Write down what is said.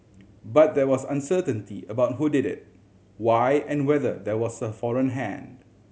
but there was uncertainty about who did it why and whether there was a foreign hand